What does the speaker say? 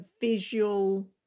visual